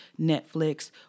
Netflix